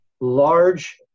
large